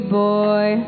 boy